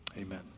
amen